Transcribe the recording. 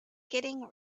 getting